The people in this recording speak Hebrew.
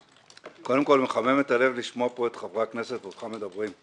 קודם כול מחמם את הלב לשמוע פה את חברי הכנסת ואותך מדברים,